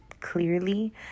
clearly